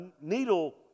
needle